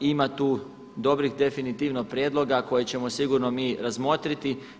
Ima tu dobrih definitivno prijedloga koje ćemo sigurno mi razmotriti.